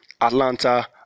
Atlanta